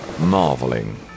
marveling